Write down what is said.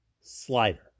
slider